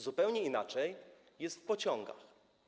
Zupełnie inaczej jest w pociągach.